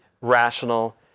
rational